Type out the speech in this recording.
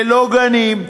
ללא גנים,